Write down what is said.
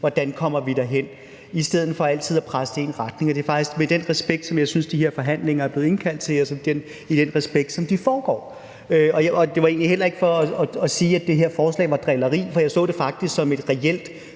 hvordan kommer vi derhen? Det er faktisk med den respekt jeg synes de her forhandlinger er blevet indkaldt, og det er med den respekt, de foregår. Det var egentlig heller ikke for at sige, at det her forslag er drilleri, for jeg ser det faktisk som et reelt